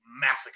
Massacre